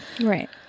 Right